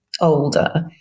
older